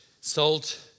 Salt